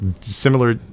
similar